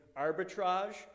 arbitrage